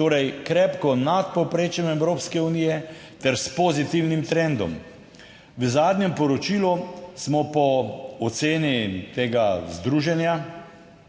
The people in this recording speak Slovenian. torej krepko nad povprečjem Evropske unije ter s pozitivnim trendom. V zadnjem poročilu smo po oceni tega združenja